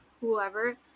whoever